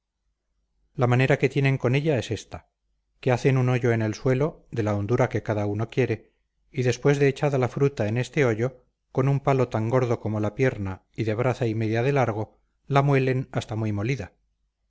la manera que tienen con ella es ésta que hacen un hoyo en el suelo de la hondura que cada uno quiere y después de echada la fruta en este hoyo con un palo tan gordo como la pierna y de braza y media en largo la muelen hasta muy molida